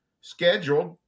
scheduled